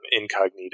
incognito